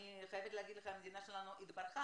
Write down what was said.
אני חייבת להגיד לך שהמדינה שלנו התברכה